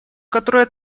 которая